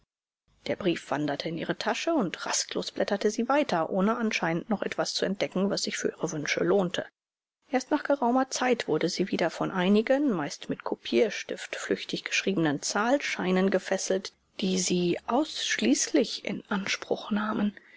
der brief wanderte in ihre tasche und rastlos blätterte sie weiter ohne anscheinend noch etwas zu entdecken was sich für ihre wünsche lohnte erst nach geraumer zeit wurde sie wieder von einigen meist mit kopierstift flüchtig geschriebenen zahlscheinen gefesselt die sie ausschließlich in anspruch nahmen